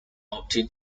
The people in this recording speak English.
obtained